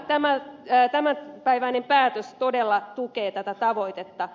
tämä tämänpäiväinen päätös todella tukee tätä tavoitetta